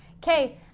Okay